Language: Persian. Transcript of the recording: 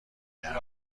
نرمن